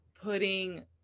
putting